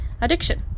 addiction